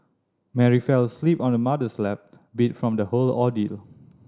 Mary fell asleep on her mother's lap beat from the whole ordeal